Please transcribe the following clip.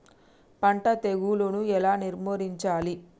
పంట తెగులుని ఎలా నిర్మూలించాలి?